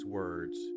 words